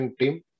team